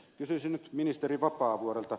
kysyisin nyt ministeri vapaavuorelta